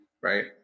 right